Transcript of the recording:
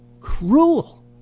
cruel